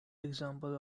example